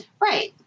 Right